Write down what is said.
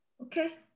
Okay